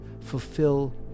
fulfill